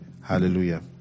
hallelujah